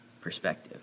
perspective